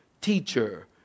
teacher